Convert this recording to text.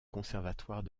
conservatoire